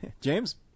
James